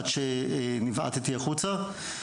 עד שנבעטתי החוצה.